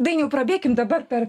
dainiau prabėkim dabar per